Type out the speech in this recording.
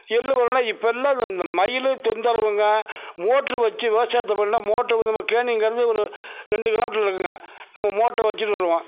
எள் வரும்ன்னா இப்பெல்லாம் இந்த மயில் தொந்தரவுங்க மோட்ரு வச்சு விவசாயத்தை பண்ணிணா மோட்ரு நம்ம கேணிங்கிறது ஒரு ரெண்டு கிலோ மீட்ரில் இருக்குதுங்க நம்ம மோட்ரு வச்சுட்டு வருவோம்